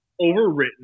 overwritten